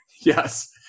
Yes